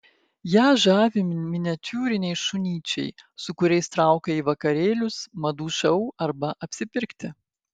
ją žavi miniatiūriniai šunyčiai su kuriais traukia į vakarėlius madų šou arba apsipirkti